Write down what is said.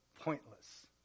pointless